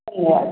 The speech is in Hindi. धन्यवाद